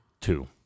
two